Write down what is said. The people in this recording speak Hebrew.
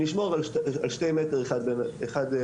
נשמור על 2 מטרים אחד מהשני'.